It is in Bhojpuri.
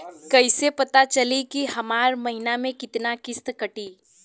कईसे पता चली की हमार महीना में कितना किस्त कटी?